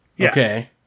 okay